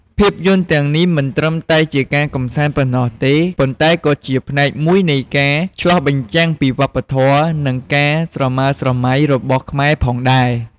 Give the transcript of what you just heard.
ភាពយន្តទាំងនេះមិនត្រឹមតែជាការកម្សាន្តប៉ុណ្ណោះទេ ប៉ុន្តែក៏ជាផ្នែកមួយនៃការឆ្លុះបញ្ចាំងពីវប្បធម៌ និងការស្រមើលស្រមៃរបស់ខ្មែរផងដែរ។